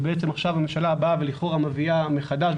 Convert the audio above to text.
ובעצם עכשיו הממשלה באה ולכאורה מביאה מחדש,